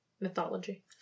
mythology